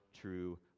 true